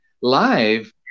live